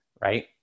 right